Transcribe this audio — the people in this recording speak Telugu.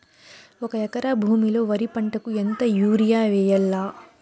ఒక ఎకరా భూమిలో వరి పంటకు ఎంత యూరియ వేయల్లా?